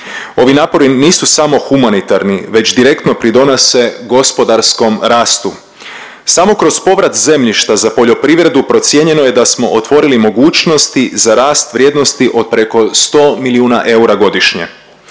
Ovi napori nisu samo humanitarni već direktno pridonose gospodarskom rastu. Samo kroz povrat zemljišta za poljoprivredu procijenjeno je da smo otvorili mogućnosti za rast vrijednosti od preko 100 milijuna eura godišnje.